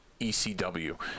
ecw